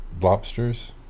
Lobsters